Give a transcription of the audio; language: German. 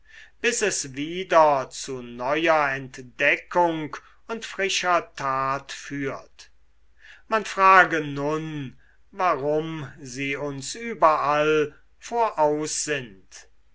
bis es wieder zu neuer entdeckung und frischer tat führt man frage nun warum sie uns überall voraus sind